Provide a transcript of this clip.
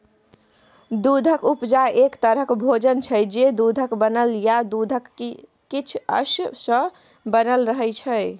दुधक उपजा एक तरहक भोजन छै जे दुधक बनल या दुधक किछ अश सँ बनल रहय छै